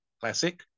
Classic